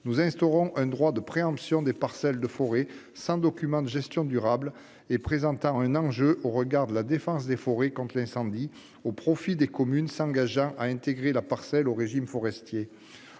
Nous instaurons un droit de préemption des parcelles de forêt sans document de gestion durable et présentant un enjeu au regard de la défense des forêts contre l'incendie, au profit des communes s'engageant à intégrer la parcelle au régime forestier.